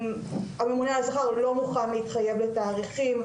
הממונה על השכר עוד לא מוכן להתחייב לתאריכים,